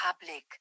public